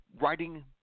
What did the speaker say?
writing